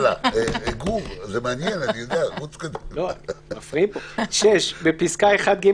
6. בפסקה (1)(ג),